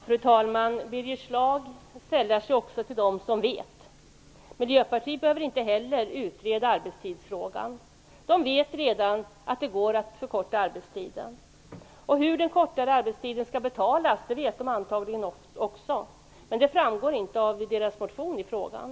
Fru talman! Birger Schlaug sällar sig också till dem som vet. Miljöpartiet behöver inte heller utreda arbetstidsfrågan. De vet redan att det går att förkorta arbetstiden. Hur den kortare arbetstiden skall betalas vet de antagligen också. Men det framgår inte av deras motion i frågan.